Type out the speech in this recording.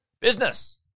Business